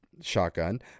shotgun